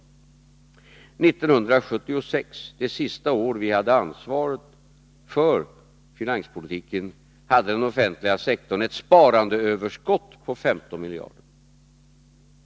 År 1976 - det sista år då vi hade ansvaret för finanspolitiken — hade den offentliga sektorn ett sparandeöverskott på 15 miljarder.